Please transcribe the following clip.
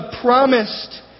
promised